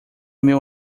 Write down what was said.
meu